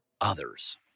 others